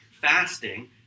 fasting